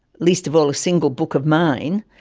least of all a single book of mine,